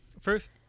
first